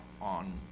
on